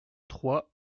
trois